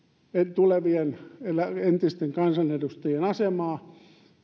tulevien entisten kansanedustajien asemaa